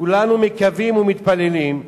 כולנו מקווים ומתפללים,